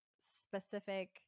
specific